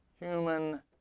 human